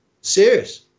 serious